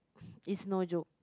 is no joke